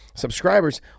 subscribers